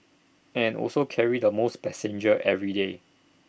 and also carry the most passengers every day